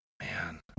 Man